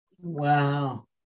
Wow